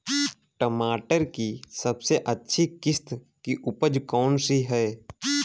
टमाटर की सबसे अच्छी किश्त की उपज कौन सी है?